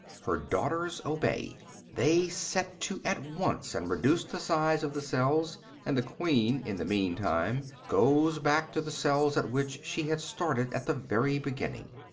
her daughters obey they set to at once and reduce the size of the cells and the queen, in the meantime, goes back to the cells at which she had started at the very beginning.